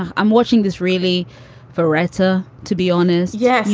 i'm watching this really for rhetta, to be honest yeah,